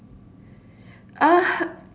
ah ha